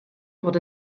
fod